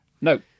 No